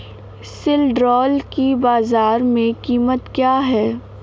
सिल्ड्राल की बाजार में कीमत क्या है?